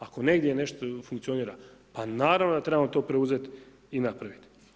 Ako negdje nešto funkcionira, pa naravno da trebamo to preuzeti i napraviti.